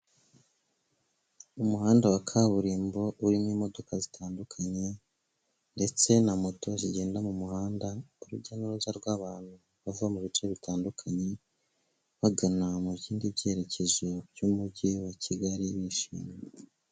Umuhanda wa kaburimbo urimo imodoka zitandukanye ndetse na moto zigenda mu muhanda, urujya n'uruza rw'abantu bava mu bice bitandukanye, bagana mu bindi byerekezo by'Umujyi wa Kigali bishimye.